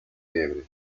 liebre